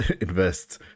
invest